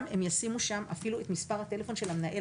הם ישימו שם אפילו את מספר הטלפון של המנהל